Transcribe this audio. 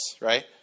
right